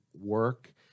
work